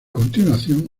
continuación